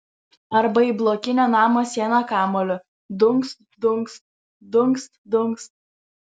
arba į blokinio namo sieną kamuoliu dunkst dunkst dunkst dunkst